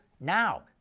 Now